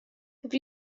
have